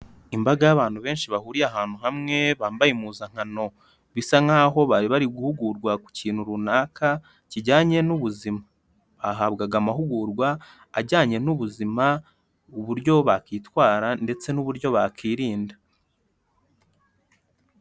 Imbaga y'abantu benshi bahuriye ahantu hamwe bambaye impuzankano bisa nk'aho bari bari guhugurwa ku kintu runaka kijyanye n'ubuzima, bahabwaga amahugurwa ajyanye n'ubuzima, uburyo bakwitwara ndetse n'uburyo bakwinda.